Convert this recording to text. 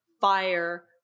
fire